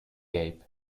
gelb